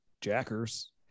jackers